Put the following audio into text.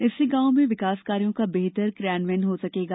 इससे गाँव में विकास कार्यो का बेहतर क्रियान्वयन हो सकेगा